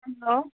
hello